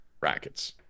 Rackets